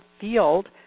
field